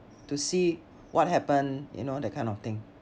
to see what happen you know that kind of thing